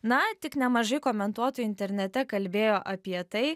na tik nemažai komentuotojų internete kalbėjo apie tai